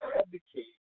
advocate